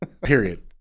period